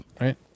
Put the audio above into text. Right